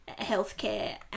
healthcare